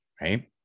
right